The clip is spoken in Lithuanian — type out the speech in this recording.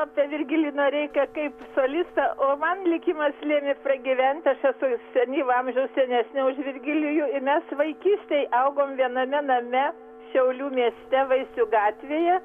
apie virgilijų noreiką kaip solistą o man likimas lėmė pragyvent aš esu senyvo amžiaus senesnė už virgilijų ir mes vaikystėj augom viename name šiaulių mieste vaisių gatvėje